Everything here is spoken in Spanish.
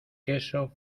queso